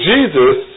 Jesus